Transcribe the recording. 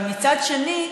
אבל מצד שני,